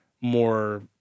more